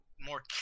more